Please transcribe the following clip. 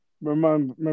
remember